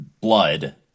blood